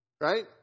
right